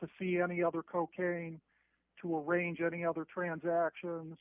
to see any other cocaine to arrange any other transactions